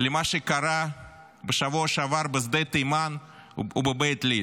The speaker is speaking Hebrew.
למה שקרה בשבוע שעבר בשדה תימן ובבית ליד,